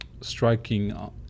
striking